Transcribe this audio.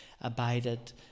abided